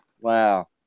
Wow